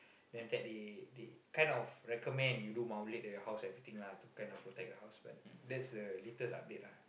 then after that they they kind of recommend you do maulid at your house everything lah to kind of protect your house but that's the latest update ah